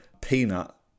peanut